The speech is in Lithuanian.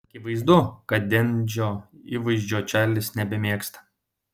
akivaizdu kad dendžio įvaizdžio čarlis nebemėgsta